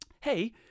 hey